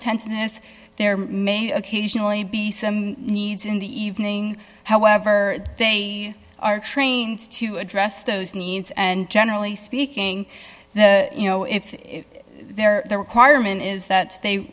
attention is there may occasionally be some needs in the evening however they are trained to address those needs and generally speaking you know if they're the requirement is that they